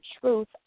Truth